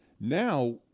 Now